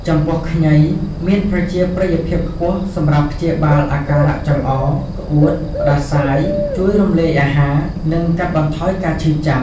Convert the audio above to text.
ចំពោះ ខ្ញី មានប្រជាប្រិយភាពខ្ពស់សម្រាប់ព្យាបាលអាការៈចង្អោរ ក្អួត ផ្តាសាយ ជួយរំលាយអាហារ និងកាត់បន្ថយការឈឺចាប់។